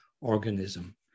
organism